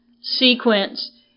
sequence